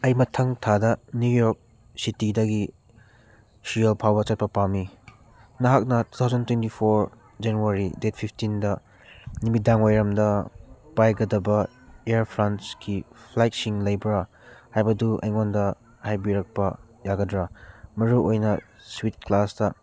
ꯑꯩ ꯃꯊꯪ ꯊꯥꯗ ꯅꯤꯎ ꯌꯣꯛ ꯁꯤꯇꯤꯗꯒꯤ ꯁꯤꯌꯣꯜ ꯐꯥꯎꯕ ꯆꯠꯄ ꯄꯥꯝꯃꯤ ꯅꯍꯥꯛꯅ ꯇꯨ ꯊꯥꯎꯖꯟ ꯇ꯭ꯋꯦꯟꯇꯤ ꯐꯣꯔ ꯖꯅꯥꯋꯥꯔꯤ ꯗꯦꯠ ꯐꯤꯐꯇꯤꯟꯗ ꯅꯨꯃꯤꯗꯥꯡ ꯋꯥꯏꯔꯝꯗ ꯄꯥꯏꯒꯗꯕ ꯏꯌꯥꯔ ꯐ꯭ꯔꯥꯟꯁꯀꯤ ꯐ꯭ꯂꯥꯏꯠꯁꯤꯡ ꯂꯩꯕ꯭ꯔ ꯍꯥꯏꯕꯗꯨ ꯑꯩꯉꯣꯟꯗ ꯍꯥꯏꯕꯤꯔꯛꯄ ꯌꯥꯒꯗ꯭ꯔ ꯃꯔꯨ ꯑꯣꯏꯅ ꯁ꯭ꯋꯤꯠ ꯀ꯭ꯂꯥꯁꯇ